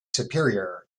superior